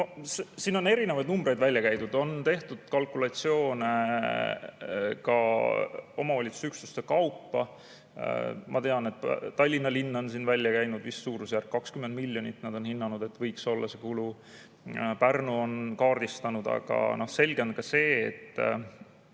Siin on erinevaid numbreid välja käidud. On tehtud kalkulatsioone ka omavalitsusüksuste kaupa. Ma tean, et Tallinna linn on välja käinud vist suurusjärgus 20 miljonit – nad on hinnanud, et nii suur võiks olla see kulu. Pärnu on kaardistanud. Aga selge on ka see, et